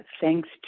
thanks